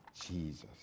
jesus